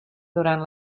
durant